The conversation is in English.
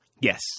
Yes